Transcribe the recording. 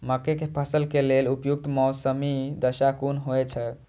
मके के फसल के लेल उपयुक्त मौसमी दशा कुन होए छै?